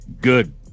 Good